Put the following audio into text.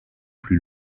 plus